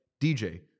DJ